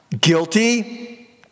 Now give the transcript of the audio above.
guilty